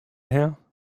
her